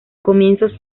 comienzos